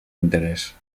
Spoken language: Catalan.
interès